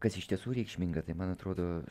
kas iš tiesų reikšminga tai man atrodo